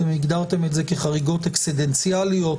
אתם הגדרתם את זה כחריגות אקסידנטאליות